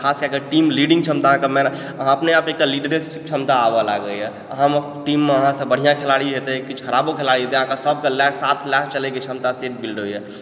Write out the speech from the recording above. खास कए कऽ अगर टीम लीडिङ्गके क्षमता अगर अहाँ अपने आप एकटा लीडरशीप क्षमता आबै लगैए हँ टीममे अहाँसँ बढ़िआँ खेलाड़ी हेतै किछु खराबो खेलाडी हेतै अहाँके सभकेँ लए कऽ साथ लएकऽ चलैके क्षमता से बिल्ड होइए